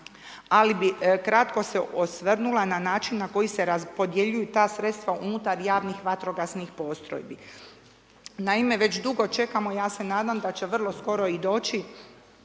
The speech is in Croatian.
ali bi kratko se osvrnula na način na koji se raspodjeljuju ta sredstva unutar javnih vatrogasnih postrojbi. Naime, već dugo čekamo ja sa nadam da će vrlo skoro i doći